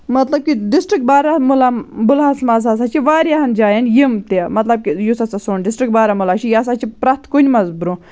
مطلب کہِ ڈِسٹرک بارہمولہ بُلہَس منٛز ہَسا چھِ واریاہَن جایَن یِم تہِ مطلب کہِ یُس ہَسا سون ڈِسٹرک بارہمولا چھُ یہِ ہَسا چھِ پرٛٮ۪تھ کُنہِ منٛز برٛونٛہہ